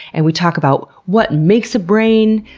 and we talk about what makes a brain,